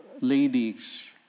ladies